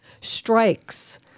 strikes